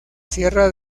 sierra